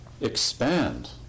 expand